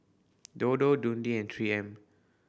Dodo Dundee and Three M